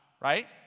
right